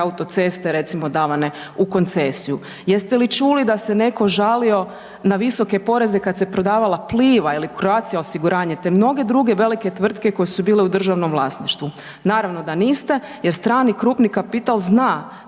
autoceste recimo davane u koncesiju? Jeste li čuli da se neko žalio na visoke poreze kad se prodavala Pliva ili Croatia osiguranje te mnoge druge velike tvrtke koje su bile u državnom vlasništvu? Naravno da niste jer strani krupni kapital zna